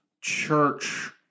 church